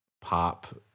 pop